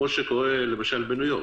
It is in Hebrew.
כמו שקורה למשל בניו-יורק.